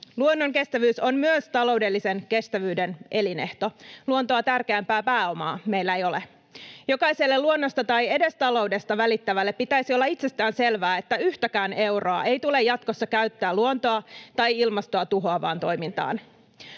Luonnon kestävyys on myös taloudellisen kestävyyden elinehto. Luontoa tärkeämpää pääomaa meillä ei ole. Jokaiselle luonnosta tai edes taloudesta välittävälle pitäisi olla itsestäänselvää, että yhtäkään euroa ei tule jatkossa käyttää luontoa tai ilmastoa tuhoavaan toimintaan.